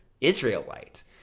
Israelite